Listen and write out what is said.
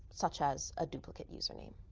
such as a duplicate username.